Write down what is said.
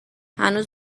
هنوز